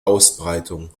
ausbreitung